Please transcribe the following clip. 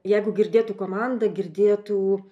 jeigu girdėtų komandą girdėtų